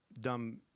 dumb